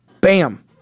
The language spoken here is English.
Bam